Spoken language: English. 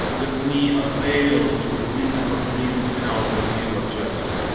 with me availed to wring from priam's town the due of justice.